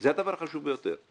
זה הדבר החשוב ביותר.